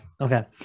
Okay